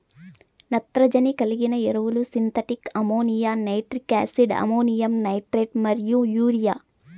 నత్రజని కలిగిన ఎరువులు synthetic ammonia, nitric acid, ammonium nitrate మరియు యూరియా